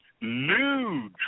new